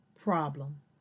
problem